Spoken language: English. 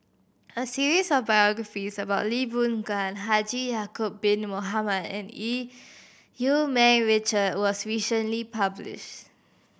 a series of biographies about Lee Boon Gan Haji Ya'acob Bin Mohamed and Eu Yee Ming Richard was recently published